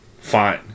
fine